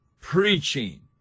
preaching